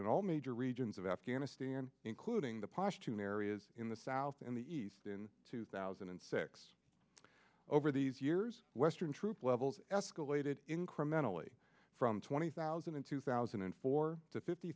in all major regions of afghanistan including the pashtoon areas in the south in the east in two thousand and six over these years western troop levels escalated incrementally from twenty thousand in two thousand and four to fifty